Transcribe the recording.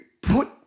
put